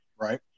right